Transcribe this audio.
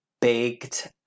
baked